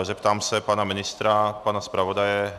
Zeptám se pana ministra, pana zpravodaje?